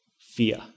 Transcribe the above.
fear